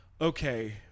Okay